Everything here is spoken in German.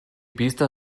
biester